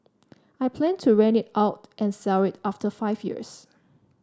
I plan to rent it out and sell it after five years